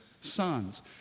sons